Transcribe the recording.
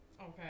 Okay